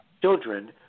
children